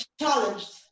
challenged